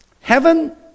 Heaven